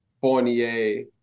Fournier